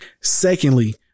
Secondly